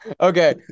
Okay